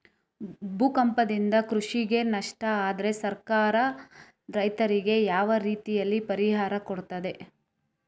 ಭೂಕಂಪದಿಂದ ಕೃಷಿಗೆ ನಷ್ಟ ಆದ್ರೆ ಸರ್ಕಾರ ರೈತರಿಗೆ ಯಾವ ರೀತಿಯಲ್ಲಿ ಪರಿಹಾರ ಕೊಡ್ತದೆ?